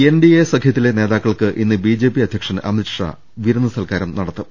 NDA സഖ്യത്തിലെ നേതാക്കൾക്ക് ഇന്ന് ബിജെപി അധ്യ ക്ഷൻ അമിത് ഷാ ഇന്ന് വിരുന്ന് സൽക്കാരം നടത്തും